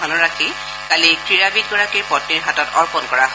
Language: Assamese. ধনৰাশি কালি ক্ৰীড়াবিদগৰাকীৰ পশ্নীৰ হাতত অৰ্পণ কৰা হয়